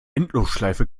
endlosschleife